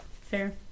Fair